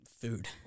food